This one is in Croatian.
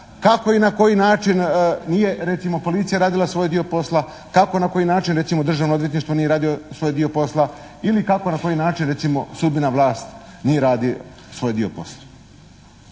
kako i na koji način nije recimo policija radila svoj dio posla, kako i na koji način recimo Državno odvjetništvo nije radio svoj posla ili kako i na koji način recimo sudbena vlast nije radio svoj dio posla.